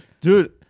Dude